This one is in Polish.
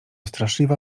straszliwa